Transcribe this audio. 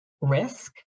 risk